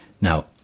Now